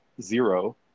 zero